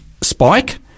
spike